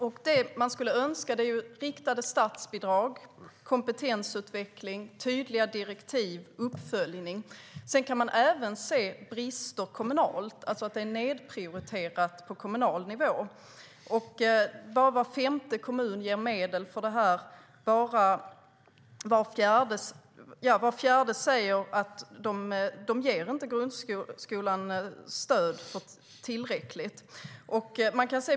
Vad de skulle önska är riktade statsbidrag, kompetensutveckling, tydliga direktiv och uppföljning. Man kan även se brister kommunalt, att detta är nedprioriterat på kommunal nivå. Bara var femte kommun ger medel för detta, och var fjärde kommun säger att de inte ger grundskolan tillräckligt stöd.